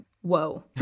whoa